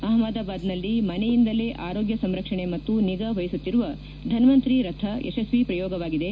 ಅಹ್ಮದಾಬಾದ್ನಲ್ಲಿ ಮನೆಯಿಂದಲೇ ಆರೋಗ್ಯ ಸಂರಕ್ಷಣೆ ಮತ್ತು ನಿಗಾ ವಹಿಸುತ್ತಿರುವ ಧನ್ವಂತ್ರಿ ರಥ ಯಶಸ್ವಿ ಪ್ರಯೋಗವಾಗಿದೆ